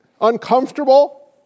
uncomfortable